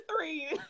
three